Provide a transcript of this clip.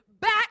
Back